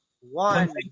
One